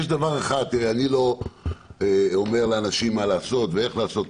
אני לא אומר לאנשים מה לעשות ואיך לעשות,